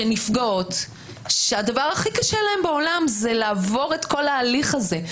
שנפגעות שהדבר הכי קשה להן בעולם זה לעבור את כל ההליך הזה,